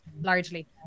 largely